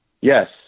Yes